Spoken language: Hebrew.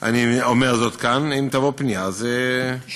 אני אומר זאת כאן, אם תבוא פנייה, אז נברר.